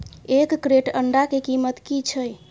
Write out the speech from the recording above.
एक क्रेट अंडा के कीमत की छै?